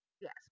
Yes